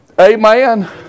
Amen